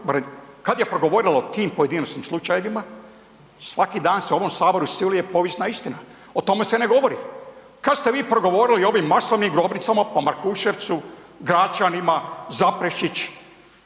kad je progovorila o tim pojedinosnim slučajevima? Svaki dan se u ovom saboru siluje povijesna istina. O tome se ne govori. Kad ste vi progovorili o ovim masovnim grobnicama po Markuševcu, Gračanima, Zaprešić?